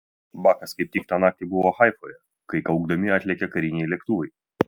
bakas kaip tik tą naktį buvo haifoje kai kaukdami atlėkė kariniai lėktuvai